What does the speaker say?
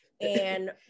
and-